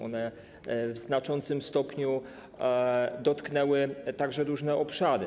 One w znaczącym stopniu dotknęły także różne obszary.